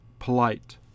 Polite